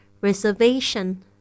Reservation